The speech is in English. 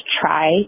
try